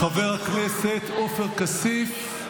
חבר הכנסת עופר כסיף,